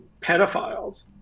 pedophiles